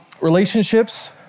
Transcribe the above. relationships